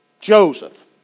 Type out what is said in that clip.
Joseph